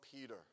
Peter